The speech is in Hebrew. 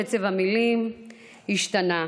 קצב המילים השתנה,